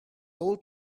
old